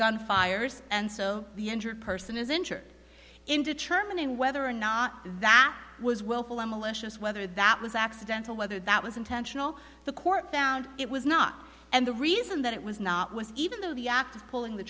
gun fires and so the injured person is injured in determining whether or not that was willful and malicious whether that was accidental whether that was intentional the court found it was not and the reason that it was not was even though the act of pulling the